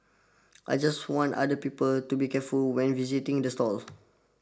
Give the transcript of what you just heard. I just want other people to be careful when visiting this stall